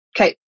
Okay